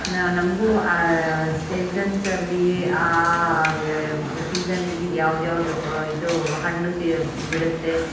ನ ನಮಗೂ ಆ ಸೀಸನ್ಸಲ್ಲಿ ಆ ಸೀಸನ್ನಲ್ಲಿ ಯಾವುದ್ಯಾವ್ದು ಇದು ಹಣ್ಣು ಸೆ ಬಿಡುತ್ತೆ